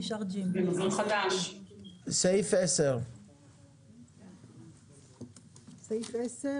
נשאר GMP. סעיף 10. סעיף 10,